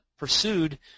pursued